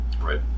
Right